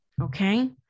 Okay